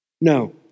No